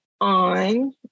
on